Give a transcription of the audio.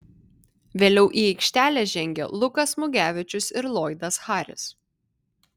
vėliau į aikštelę žengė lukas mugevičius ir loydas harris